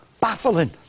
baffling